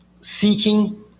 seeking